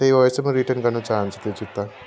त्यही भएर चाहिँ म रिटर्न गर्न चाहन्छु त्यो जुत्ता